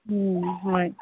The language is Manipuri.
ꯎꯝ ꯍꯣꯏ